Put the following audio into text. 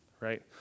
right